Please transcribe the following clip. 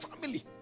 family